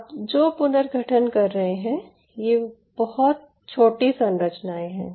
आप जो पुनर्गठन कर रहे हैं वे बहुत छोटी संरचनाएं हैं